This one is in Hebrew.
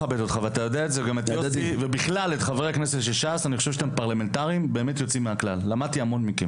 אכבד אותך ולא אצא לפני שתסיים, בבקשה.